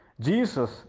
Jesus